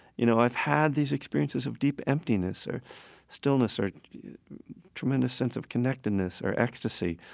you know, i've had these experiences of deep emptiness or stillness or tremendous sense of connectedness or ecstasy,